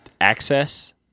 access